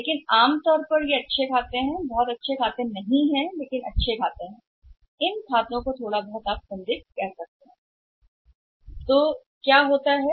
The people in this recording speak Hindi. लेकिन आम तौर पर वे अच्छे खाते ही नहीं बल्कि अच्छे खाते भी होते हैं और वे संदिग्ध होते हैं खातों आप कह सकते हैं कि थोड़ा सा संदेह इस से जुड़ा हुआ है